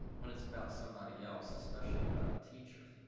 when it's about somebody else, especially about a teacher.